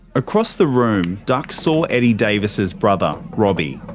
across the room, duck saw eddie davis's brother, robbie.